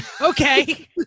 okay